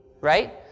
right